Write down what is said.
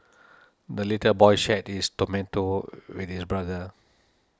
the little boy shared his tomato with his brother